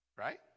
Right